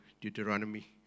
Deuteronomy